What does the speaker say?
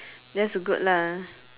that's good lah